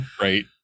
Right